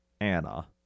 Anna